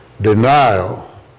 Denial